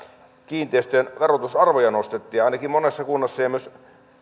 kiinteistöjen verotusarvoja nostettiin ainakin monessa kunnassa ja